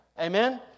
Amen